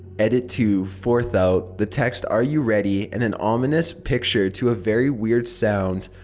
edit two fourth out. the text are you ready and an ominous picture to a very weird sound.